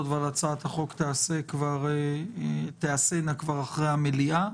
הממשלה: עורכת הדין יעל כהן ממשרד ראש הממשלה,